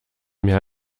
mehr